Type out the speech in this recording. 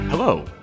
Hello